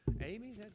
Amy